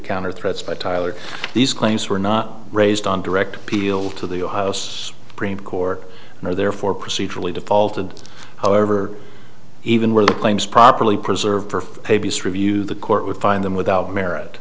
counter threats by tyler these claims were not raised on direct appeal to the house dream core and therefore procedurally defaulted however even where the claims properly preserved for review the court would find them without merit